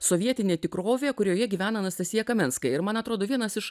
sovietinė tikrovė kurioje gyvena anastasija kamenskaja ir man atrodo vienas iš